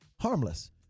harmless